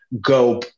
go